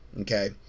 okay